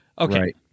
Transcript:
okay